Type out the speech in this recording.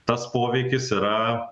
tas poveikis yra